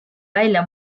välja